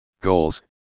Goals